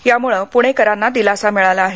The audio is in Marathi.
यामुळे पुणेकरांना दिलासा मिळाला आहे